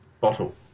bottle